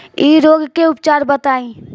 इ रोग के उपचार बताई?